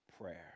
prayer